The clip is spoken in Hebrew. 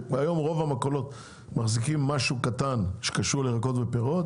שהיום רוב המכולות מחזיקות משהו קטן הקשור לירקות ופירות